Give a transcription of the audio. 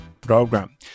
program